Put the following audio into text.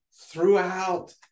throughout